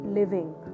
living